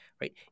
right